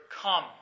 come